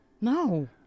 No